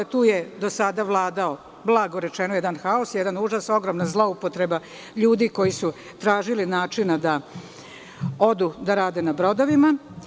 Tu je do sada vladao, blago rečeno, jedan haos, jedan užas, ogromna zloupotreba ljudi koji su tražili način da rade na brodovima.